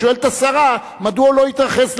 שואלת השרה: מדוע לא התייחס לסוריה?